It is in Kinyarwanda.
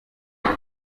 tuff